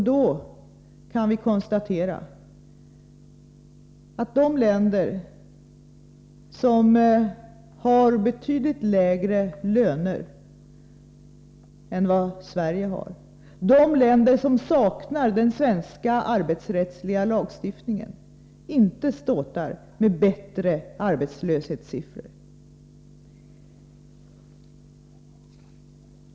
Då kan vi konstatera att de länder som har betydligt lägre löner än vad Sverige har, de länder som saknar den svenska arbetsrättsliga lagstiftningen, inte ståtar med bättre arbetslöshetssiffror.